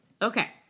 Okay